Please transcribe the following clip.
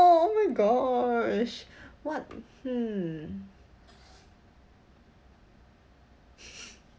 oh my gosh what hmm